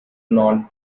non